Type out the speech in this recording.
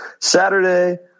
Saturday